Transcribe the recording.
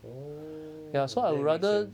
oh then it make sense